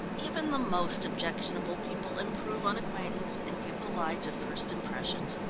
even the most objectionable people improve on acquaintance, and give the lie to first impressions.